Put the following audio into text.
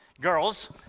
girls